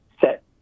set